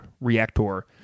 reactor